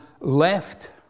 left